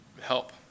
help